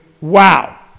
wow